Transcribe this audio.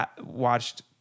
watched –